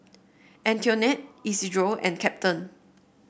Antoinette Isidro and Captain